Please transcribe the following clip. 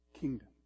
kingdom